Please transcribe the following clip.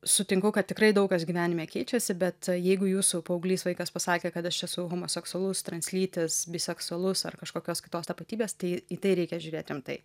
sutinku kad tikrai daug kas gyvenime keičiasi bet jeigu jūsų paauglys vaikas pasakė kad aš esu homoseksualus translytis biseksualus ar kažkokios kitos tapatybės tai į tai reikia žiūrėt rimtai